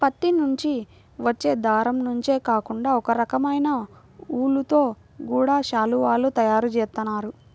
పత్తి నుంచి వచ్చే దారం నుంచే కాకుండా ఒకరకమైన ఊలుతో గూడా శాలువాలు తయారు జేత్తన్నారు